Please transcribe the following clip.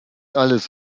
alles